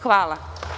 Hvala.